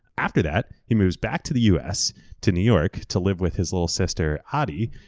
after that, he moves back to the us to new york to live with his little sister, adi,